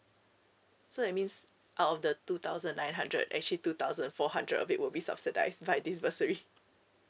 so it means out of the two thousand nine hundred actually two thousand four hundred a bit would be subsidise by this bursary